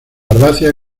herbácea